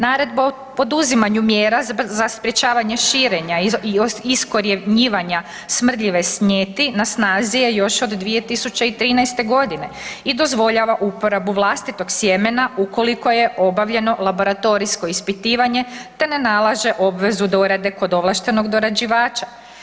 Naredba o poduzimanju mjera za sprječavanje širenja i iskorjenjivanja smrdljive snijeti, na snazi je još od 2013. g. i dozvoljava uporabu vlastitog sjemena ukoliko je obavljeno laboratorijsko ispitivanje te ne nalaže obvezu dorade kod ovlaštenog dorađivača.